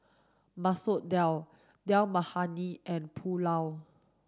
Masoor Dal Dal Makhani and Pulao